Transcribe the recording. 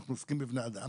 אנחנו עוסקים בבני אדם